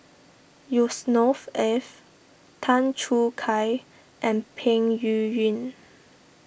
Yusnor Ef Tan Choo Kai and Peng Yuyun